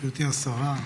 גברתי השרה,